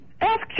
Ask